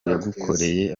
yagukoreye